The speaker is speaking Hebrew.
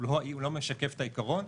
שלא משקף את העיקרון,